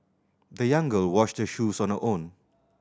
the young girl washed shoes on her own